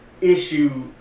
issue